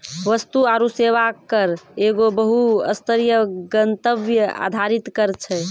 वस्तु आरु सेवा कर एगो बहु स्तरीय, गंतव्य आधारित कर छै